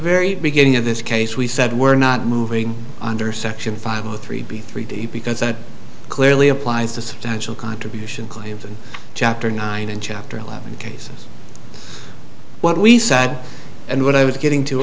very beginning of this case we said we're not moving under section five of the three b three d because that clearly applies to substantial contribution claims in chapter nine in chapter eleven cases what we said and what i was getting to